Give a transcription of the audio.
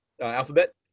Alphabet